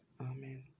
Amen